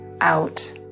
out